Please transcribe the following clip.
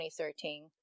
2013